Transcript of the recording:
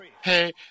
Hey